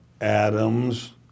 Adams